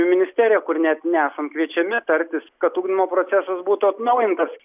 ministeriją kur net nesam kviečiami tartis kad ugdymo procesas būtų atnaujintas